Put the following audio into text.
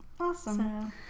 Awesome